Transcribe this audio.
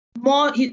more